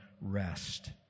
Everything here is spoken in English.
rest